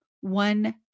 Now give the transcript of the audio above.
one